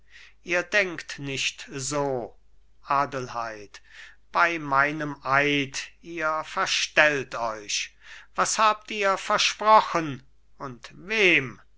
ihr denkt nicht so adelheid bei meinem eid ihr verstellt euch was habt ihr versprochen und wem